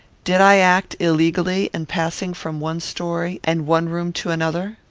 did i act illegally in passing from one story and one room to another?